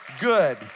good